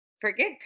forget